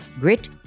Grit